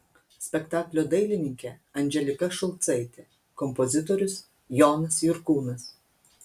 spektaklio dailininkė andželika šulcaitė kompozitorius jonas jurkūnas